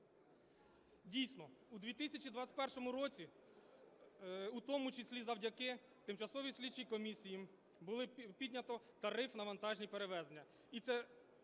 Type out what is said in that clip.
Дійсно, у 2021 році, у тому числі завдяки тимчасовій слідчій комісії, було піднято тариф на вантажні перевезення, і це